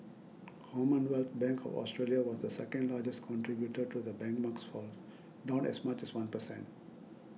Commonwealth Bank of Australia was the second largest contributor to the benchmark's fall down as much as one per cent